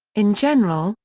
in general,